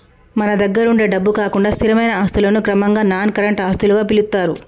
మన దగ్గరుండే డబ్బు కాకుండా స్థిరమైన ఆస్తులను క్రమంగా నాన్ కరెంట్ ఆస్తులుగా పిలుత్తారు